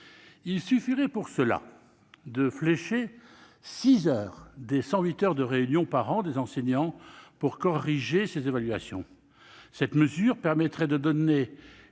Il suffirait pour cela de flécher 6 heures des 108 heures de réunion par an des enseignants pour corriger ces évaluations. Cette mesure permettrait de donner